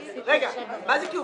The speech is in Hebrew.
רגע, מה זה כעובדה?